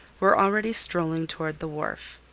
were already strolling toward the wharf.